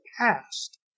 past